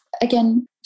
again